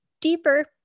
deeper